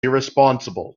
irresponsible